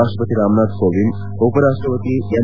ರಾಷ್ಟಪತಿ ರಾಮ್ನಾಥ್ ಕೋವಿಂದ್ ಉಪ ರಾಷ್ಟಪತಿ ಎಂ